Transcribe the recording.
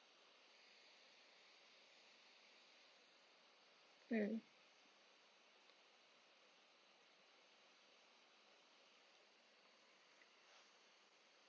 mm